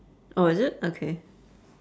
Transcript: oh is it okay